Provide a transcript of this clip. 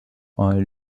all